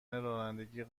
رانندگی